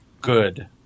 good